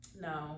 No